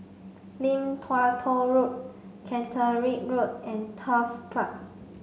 Lim Tua Tow Road Caterick Road and Turf Club